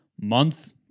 month